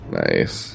nice